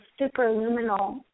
superluminal